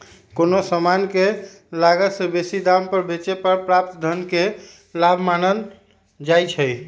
कोनो समान के लागत से बेशी दाम पर बेचे पर प्राप्त धन के लाभ मानल जाइ छइ